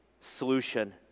solution